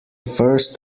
first